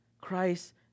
Christ